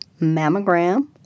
mammogram